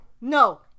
no